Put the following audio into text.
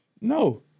No